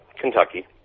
Kentucky